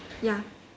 ya